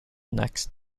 next